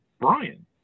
Brian